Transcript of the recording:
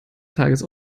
tages